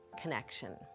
connection